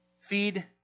Feed